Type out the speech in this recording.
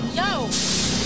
yo